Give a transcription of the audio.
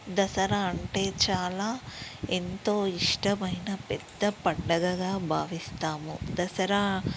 దసరా అంటే చాలా ఎంతో ఇష్టమైన పెద్ద పండుగగా భావిస్తాము దసరా